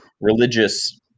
religious